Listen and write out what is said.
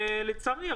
לצערי,